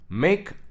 Make